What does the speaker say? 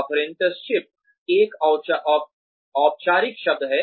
apprenticeship एक औपचारिक शब्द है